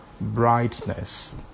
brightness